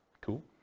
Cool